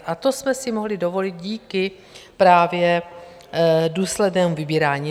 A to jsme si mohli dovolit díky právě důslednému vybírání.